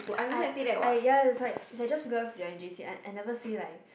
like ah ya that's why just because you are in j_c I never say like